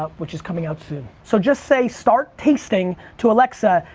ah which is coming out soon. so, just say start tasting to alexa,